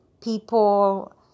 people